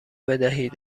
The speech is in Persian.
بدهید